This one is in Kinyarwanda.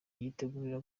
yiteguriye